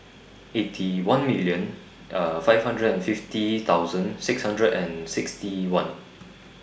Eighty One million five hundred and fifty thousand six hundred and sixty one